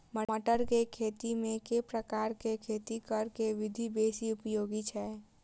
मटर केँ खेती मे केँ प्रकार केँ खेती करऽ केँ विधि बेसी उपयोगी छै?